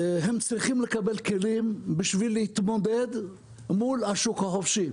צריכים לקבל כלים בשביל להתמודד מול השוק החופשי,